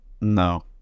no